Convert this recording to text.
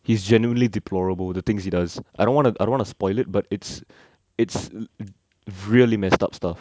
he's generally deplorable the things he does I don't want to I don't want to spoil it but it's it's really messed up stuff